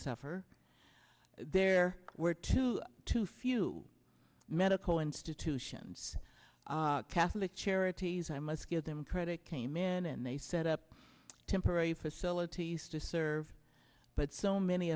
suffer there were two to few medical institutions catholic charities i must give them credit came in and they set up temporary facilities to serve but so many